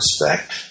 respect